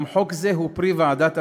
גם חוק זה הוא פרי ועדת אלאלוף,